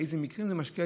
באילו מקרים זה משקיע,